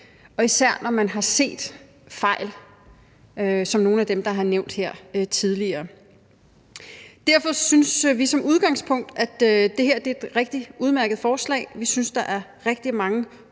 især når man har set fejl som nogle af dem, der er blevet nævnt her tidligere. Derfor synes vi som udgangspunkt, at det her er et rigtig udmærket forslag. Vi synes, der er rigtig mange gode